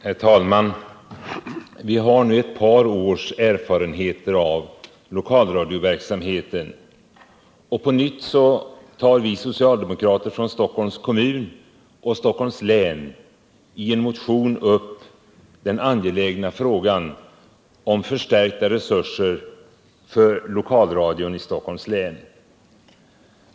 Herr talman! Vi har nu ett par års erfarenheter av lokalradioverksamheten, och på nytt tar vi socialdemokrater från Stockholms kommun och Stockholms län i en motion upp den angelägna frågan om förstärkta resurser för lokalradion i Stockholms län.